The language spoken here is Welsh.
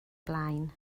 blaen